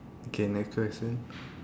K next question